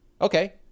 okay